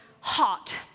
hot